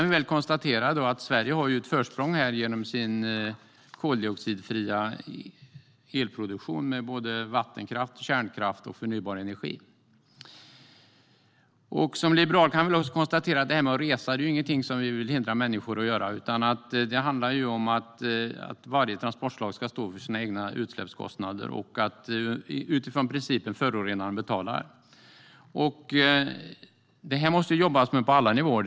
Vi kan konstatera att Sverige har ett försprång genom sin koldioxidfria elproduktion med vattenkraft, kärnkraft och förnybar energi. Som liberal kan jag konstatera att resa inte är någonting som vi vill hindra människor från att göra. Det handlar om att varje transportslag ska stå för sina egna utsläppskostnader utifrån principen att förorenaren betalar. Det här måste det jobbas med på alla nivåer.